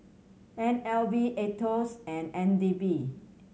N L B Aetos and N D P